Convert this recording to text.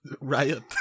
Riot